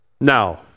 Now